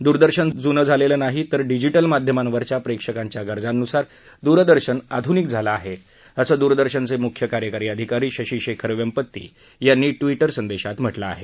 दूरदर्शन जुनं झालेलं नाही तर डिजिटल माध्यमांवरच्या प्रेक्षकांच्या गरजांनुसार दूरदर्शन आधुनिक झालेलं आहे असं दूरदर्शनचे मुख्य कार्यकारी अधिकारी शशी शेखर वेंपती यांनी ट्विटरवर म्हटलं आहे